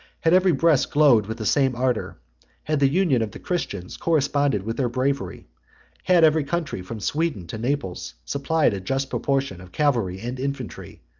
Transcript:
had every breast glowed with the same ardor had the union of the christians corresponded with their bravery had every country, from sweden to naples, supplied a just proportion of cavalry and infantry,